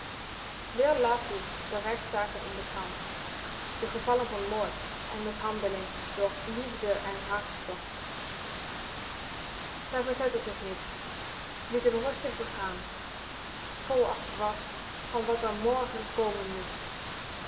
weer las ie de rechtzaken in de krant de gevallen van moord en mishandeling door liefde en hartstocht ij verzette zich niet liet m rustig begaan vol als ze was van wat morgen komen moest